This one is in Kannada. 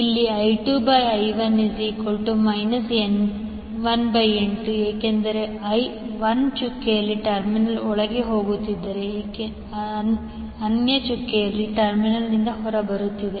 ಇಲ್ಲಿ I2I1 N1N2 ಏಕೆಂದರೆ 1 ಚುಕ್ಕೆಗಳ ಟರ್ಮಿನಲ್ ಒಳಗೆ ಹೋಗುತ್ತಿದೆ ಏಕೆಂದರೆ ಅನ್ಯ ಚುಕ್ಕೆಗಳ ಟರ್ಮಿನಲ್ನಿಂದ ಹೊರಬರುತ್ತಿದೆ